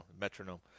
metronome